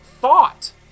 thought